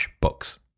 books